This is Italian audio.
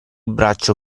braccio